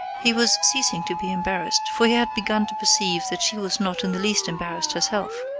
he was ceasing to be embarrassed, for he had begun to perceive that she was not in the least embarrassed herself.